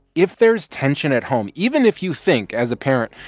if there's tension at home, even if you think, as a parent,